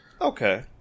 Okay